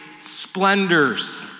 splendors